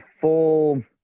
full